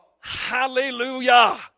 Hallelujah